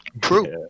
True